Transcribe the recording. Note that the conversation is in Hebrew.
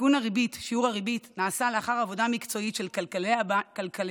עדכון שיעור הריבית נעשה לאחר עבודה מקצועית של כלכלני